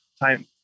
Time